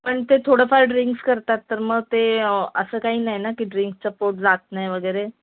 पण ते थोडंफार ड्रिंक्स करतात तर मग ते असं काही नाही ना की ड्रिंकचं पोट जात नाही वगैरे